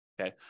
okay